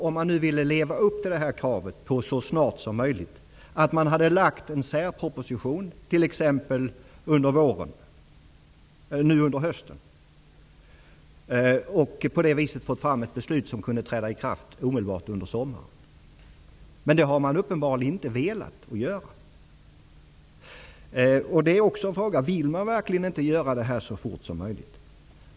Om man nu hade velat leva upp till kravet på ''så snart som möjligt'', hade det då inte varit bättre att man hade lagt fram en särproposition t.ex. under hösten? På det viset hade man kunnat fatta ett beslut som hade trätt i kraft under sommaren. Men det har man uppenbarligen inte velat göra. Jag undrar: Vill man verkligen inte göra detta så fort som möjligt?